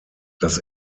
das